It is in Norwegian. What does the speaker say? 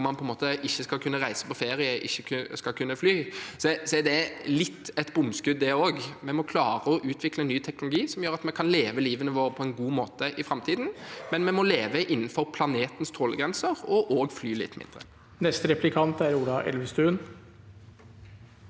hvor man ikke skal kunne reise på ferie, ikke skal kunne fly, er det litt bomskudd, det også. Vi må klare å utvikle ny teknologi som gjør at vi kan leve livet vårt på en god måte i framtiden, men vi må leve innenfor planetens tålegrenser – og også fly litt mindre.